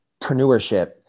entrepreneurship